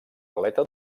aleta